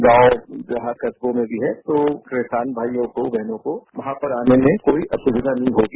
गांव देहात कस्बों में है तो किसान भाइयों को बहनों को वहां पर आने में कोई असुविधा नहीं होगी